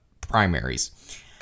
primaries